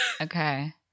Okay